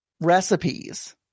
recipes